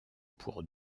pour